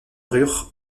ruhr